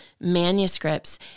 manuscripts